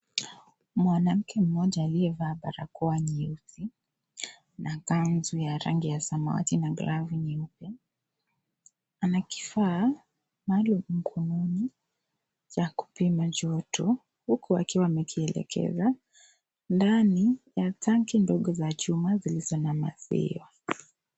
Mwanamke mmoja aliyevaa barakoa nyeusi na kanzu ya rangi ya samawati na glavu nyeupe ana kifaa maalum mkononi cha kupima joto huku akiwa amekielekeza ndani ya tanki ndogo za chuma zilizo na maziwa.